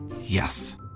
Yes